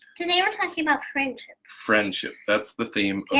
today we're talking about friendship friendship that's the theme